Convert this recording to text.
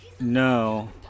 No